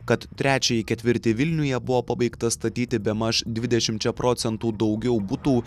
kad trečiąjį ketvirtį vilniuje buvo pabaigta statyti bemaž dvidešimčia procentų daugiau butų